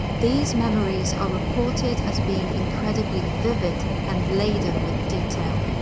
these memories are reported as being incredibly vivid and laden with detail.